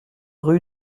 rue